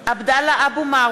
(קוראת בשמות חברי הכנסת) עבדאללה אבו מערוף,